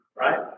Right